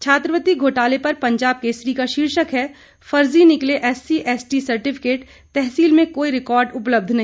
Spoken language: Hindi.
छात्रवृति घोटाले पर पंजाब केसरी का शीर्षक है फर्जी निकले एससी एसटी सर्टीफिकेट तहसील में कोई रिकार्ड उपलब्ध नहीं